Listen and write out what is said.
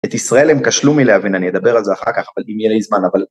את ישראל הם כשלו מלהבין אני אדבר על זה אחר כך אם יהיה לי זמן אבל